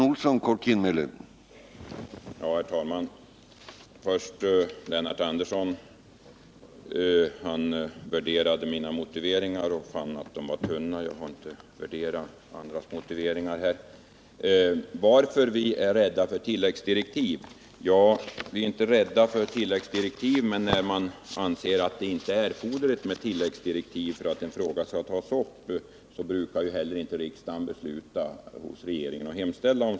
Herr talman! Jag vill först till Lennart Andersson säga att han värderade mina motiveringar och fann dem vara tunna. Jag har inte för min del värderat andras motiveringar i detta sammanhang. Vad gäller frågan om anledningen till att vi skulle vara rädda för tilläggsdirektiv vill jag säga, att vi inte är rädda för sådana men att riksdagen när den inte anser det erforderligt med sådana för att en fråga skall tas upp inte heller brukar besluta hemställa hos regeringen om sådana.